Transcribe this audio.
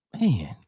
Man